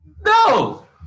No